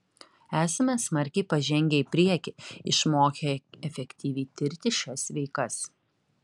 esame smarkiai pažengę į priekį išmokę efektyviai tirti šias veikas